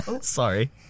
sorry